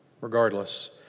Regardless